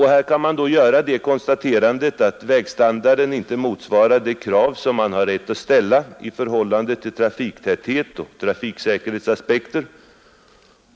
Här kan man då göra det konstaterandet att vägstandarden inte motsvarar de krav man har rätt att ställa i förhållande till trafiktäthet och trafiksäkerhetsaspekter.